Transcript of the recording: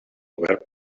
verb